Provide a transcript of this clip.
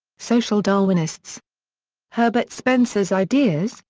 social darwinists herbert spencer's ideas,